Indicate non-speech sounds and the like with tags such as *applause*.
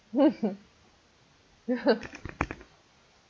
*laughs*